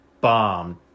bombed